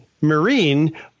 Marine